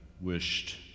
wished